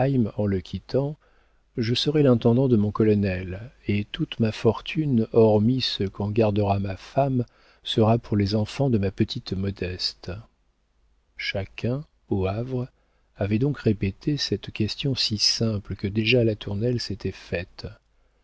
en le quittant je serai l'intendant de mon colonel et toute ma fortune hormis ce qu'en gardera ma femme sera pour les enfants de ma petite modeste chacun au havre avait donc répété cette question si simple que déjà latournelle s'était faite